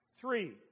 Three